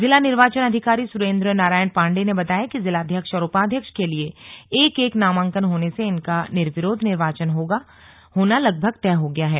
जिला निर्वाचन अधिकारी सुरेन्द्र नारायण पाण्डेय ने बताया कि जिलाध्यक्ष और उपाध्यक्ष के लिए एक एक नामांकन होने से इनका निर्विरोध निर्वाचन होना लगभग तय हो गया है